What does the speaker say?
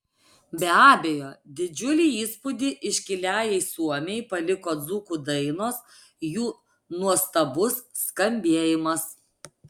be abejo didžiulį įspūdį iškiliajai suomei paliko dzūkų dainos jų nuostabus skambėjimas